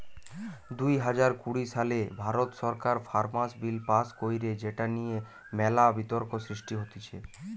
দুই হাজার কুড়ি সালে ভারত সরকার ফার্মার্স বিল পাস্ কইরে যেটা নিয়ে মেলা বিতর্ক সৃষ্টি হতিছে